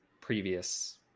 previous